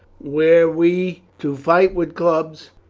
were we to fight with clubs,